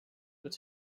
were